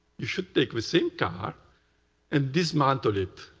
you should take the same car and dismantle it.